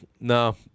No